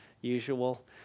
usual